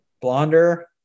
Blonder